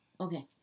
Okay